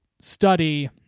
study